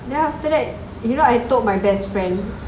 then after that you know I told my best friend